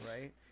right